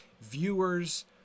viewers